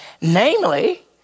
Namely